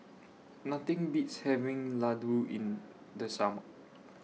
Nothing Beats having Laddu in The Summer